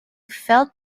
felt